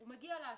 הוא מגיע לאתר